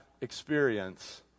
experience